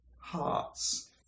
hearts